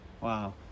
Wow